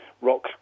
rock